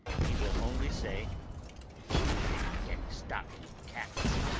he will only say i don't take any stock in cats.